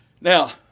Now